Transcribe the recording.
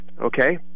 okay